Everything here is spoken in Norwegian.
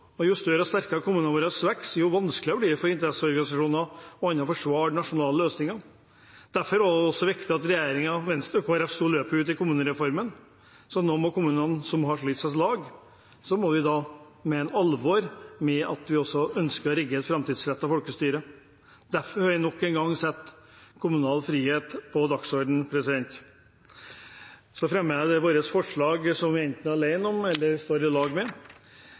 og jo større og sterkere kommunene våre vokser seg, desto vanskeligere blir det for interesseorganisasjoner og andre å forsvare nasjonale løsninger. Derfor var det også viktig at regjeringen, Venstre og Kristelig Folkeparti sto løpet ut i kommunereformen. Nå må de kommunene som har slått seg sammen, få se at vi mener alvor med at vi ønsker å rigge et framtidsrettet folkestyre. Derfor har vi nok en gang satt kommunal frihet på dagsordenen. Så fremmer jeg våre forslag, de som vi er alene om, og de som vi står sammen med